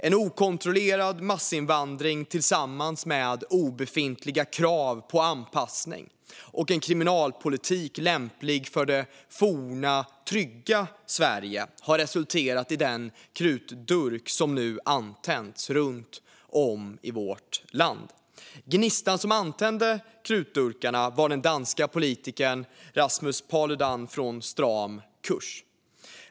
En okontrollerad massinvandring tillsammans med obefintliga krav på anpassning och en kriminalpolitik lämplig för det forna, trygga Sverige har resulterat i den krutdurk som nu antänts runt om i vårt land. Gnistan som antände krutdurkarna var den danske politikern Rasmus Paludan från Stram kurs.